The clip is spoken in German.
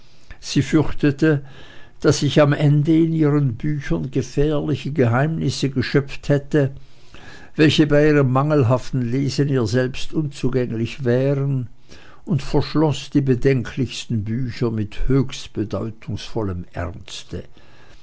sie befürchtete daß ich am ende in ihren büchern gefährliche geheimnisse geschöpft hätte welche bei ihrem mangelhaften lesen ihr selbst unzugänglich wären und verschloß die bedenklichsten bücher mit höchst bedeutungsvollem ernste